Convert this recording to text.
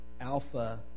alpha